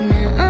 Now